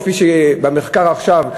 כפי שנמצא במחקר שנעשה עכשיו,